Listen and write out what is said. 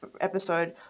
episode